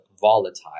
volatile